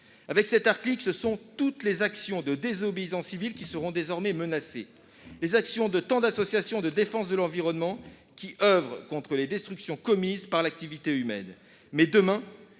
Avec cet article, ce sont toutes les actions de désobéissance civile qui seront désormais menacées, comme celles de tant de ces associations de défense de l'environnement qui oeuvrent contre les destructions commises par l'activité humaine. Demain,